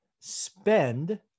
spend